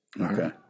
okay